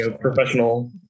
professional